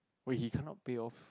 wait he cannot pay off